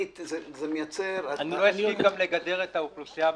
לא הסכים גם לגדר את האוכלוסייה המבוגרת.